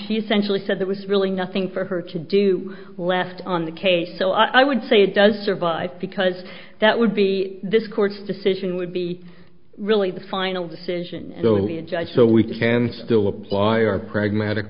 she essentially said there was really nothing for her to do left on the case so i would say it does survive because that would be this court's decision would be really the final decision will be a judge so we can still apply our pragmatic